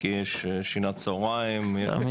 כי יש שעת צוהריים.